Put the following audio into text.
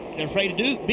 they're afraid to be